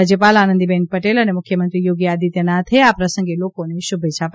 રાજ્યપાલ આનંદીબન પટેલ અને મુખ્યમંત્રી યોગી આદિત્યનાથે આ પ્રસંગે લોકોને શુભેચ્છા પાઠવી